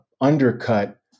undercut